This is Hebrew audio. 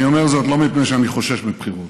אני אומר זאת לא מפני שאני חושש מבחירות.